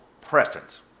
preference